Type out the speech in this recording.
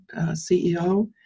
CEO